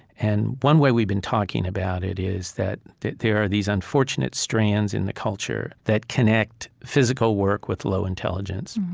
and one way we've been talking about it is that that there are these unfortunate strands in the culture that connect physical work with low intelligence.